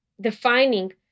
defining